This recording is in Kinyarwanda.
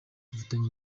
dufitanye